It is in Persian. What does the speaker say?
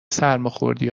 سرماخوردی